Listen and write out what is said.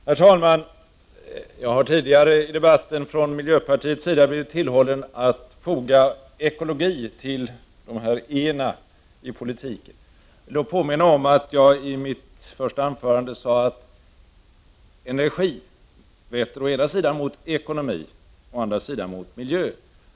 Herr talman! Jag har tidigare i debatten från miljöpartiets sida blivit tillhållen att foga ekologi till de här e-na i politiken. Låt mig påminna om att jag i mitt första anförande sade att energi vetter å ena sidan mot ekonomi, å andra sidan mot miljö.